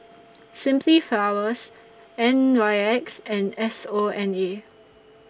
Simply Flowers N Y X and S O N A